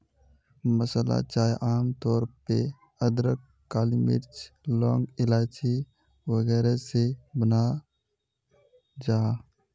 मसाला चाय आम तौर पे अदरक, काली मिर्च, लौंग, इलाइची वगैरह से बनाल जाहा